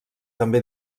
també